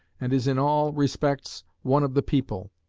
and is in all respects one of the people.